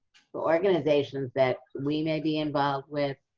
the organizations that we may be involved with,